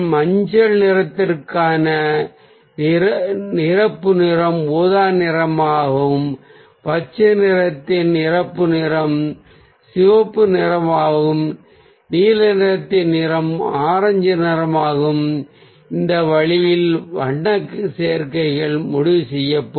மஞ்சள் நிறத்திற்கான நிரப்பு நிறம் ஊதா நிறமாகவும் பச்சை நிறத்தின் நிரப்பு நிறம் சிவப்பு நிறமாகவும் நீல நிறத்தின் நிறம் ஆரஞ்சு நிறமாகவும் இந்த வழியில் வண்ண சேர்க்கைகளின் முடிவு செய்யப்படும்